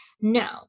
No